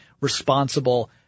responsible